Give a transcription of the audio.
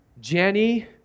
Jenny